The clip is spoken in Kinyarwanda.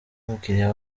umukiliya